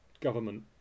government